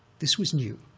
this was new.